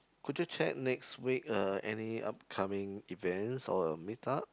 could you check next week uh any upcoming events or meet up